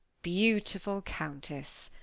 beautiful countess!